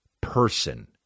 person